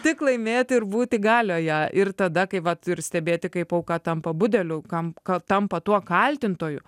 tik laimėti ir būti galioje ir tada kai vat ir stebėti kaip auka tampa budeliu kam ka tampa tuo kaltintoju